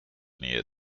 near